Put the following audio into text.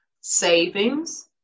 savings